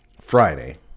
Friday